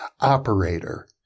Operator